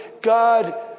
God